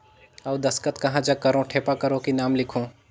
अउ दस्खत कहा जग करो ठेपा करो कि नाम लिखो?